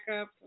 up